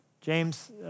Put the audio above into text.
James